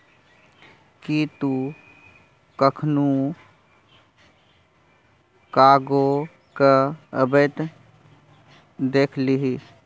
कि तु कखनहुँ कार्गो केँ अबैत देखलिही?